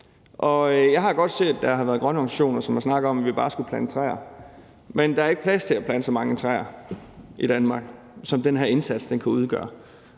Jeg har godt set, at der er grønne organisationer, som har snakket om, at vi bare skulle plante træer, men der er ikke plads til at plante så mange træer i Danmark, som den her indsats kan udgøre.